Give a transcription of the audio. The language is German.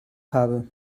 habe